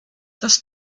das